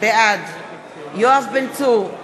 בעד יואב בן צור,